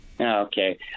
Okay